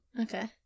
Okay